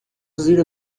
زیر